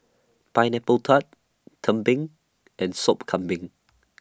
Pineapple Tart Tumpeng and Sop Kambing